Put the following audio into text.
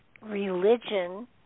religion